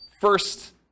first